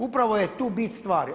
Upravo je tu bit stvari.